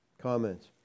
comments